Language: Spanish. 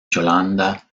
yolanda